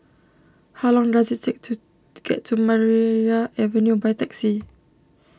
how long does it take to get to Maria Avenue by taxi